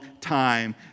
time